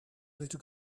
little